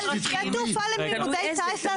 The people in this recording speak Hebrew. שדה תעופה לא תשתית חיונית?